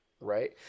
right